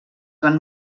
van